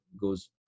goes